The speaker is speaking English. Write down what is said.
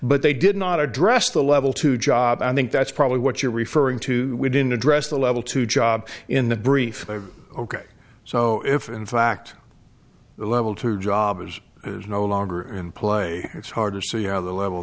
but they did not address the level to job i think that's probably what you're referring to we didn't address the level two job in the brief ok so if in fact the level two jobbers is no longer in play it's hard to see out of the level